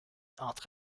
entre